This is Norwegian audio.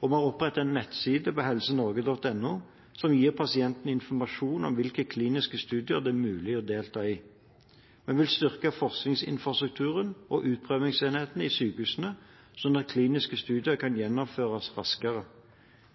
og vi har opprettet en nettside på helsenorge.no som gir pasienter informasjon om hvilke kliniske studier det er mulig å delta i. Vi vil styrke forskningsinfrastrukturen og utprøvingsenhetene i sykehusene, slik at kliniske studier kan gjennomføres raskere.